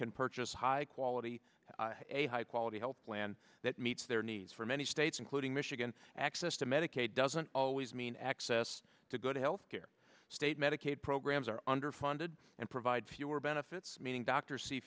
can purchase high quality a high quality health plan that meets their needs for many states including michigan access to medicaid doesn't always mean access to good health care state medicaid programs are underfunded and provide fewer benefits meaning doctors see